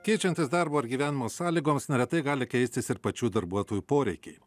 keičiantis darbo ar gyvenimo sąlygoms neretai gali keistis ir pačių darbuotojų poreikiai